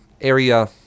area